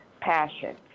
passion